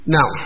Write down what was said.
Now